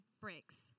breaks